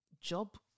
job